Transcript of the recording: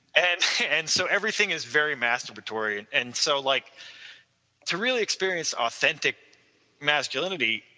and and so everything is very masturbatory and so like to really experience authentic masculinity,